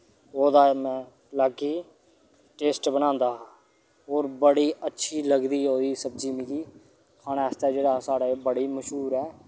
ओह्दा में अलग ही टेस्ट बनांदा हा होर बड़ी अच्छी लगदी ओह्दी सब्ज़ी मिगी खाने आस्तै जेह्ड़ा साढ़ै बड़ी मशहूर ऐ